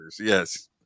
Yes